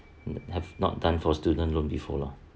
have not done for student loan before lah